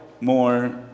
more